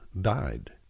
died